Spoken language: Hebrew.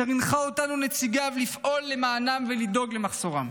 שהנחה אותנו, נציגיו, לפעול למענם ולדאוג למחסורם.